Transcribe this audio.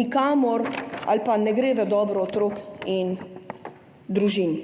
nikamor ali pa ne gre v dobro otrok in družin.